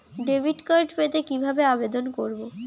Debit card পেতে কি ভাবে আবেদন করব?